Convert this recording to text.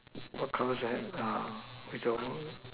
what colour is the hat it's a